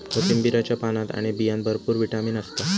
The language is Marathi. कोथिंबीरीच्या पानात आणि बियांत भरपूर विटामीन असता